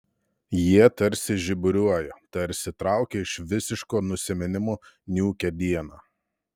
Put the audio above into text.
jie tarsi žiburiuoja tarsi traukia iš visiško nusiminimo niūkią dieną